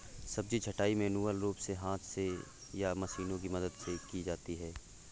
सब्जी छँटाई मैन्युअल रूप से हाथ से या मशीनों की मदद से की जाती है